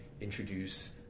introduce